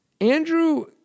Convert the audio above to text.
Andrew